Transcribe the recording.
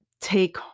take